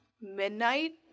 midnight